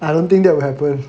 I don't think that will happen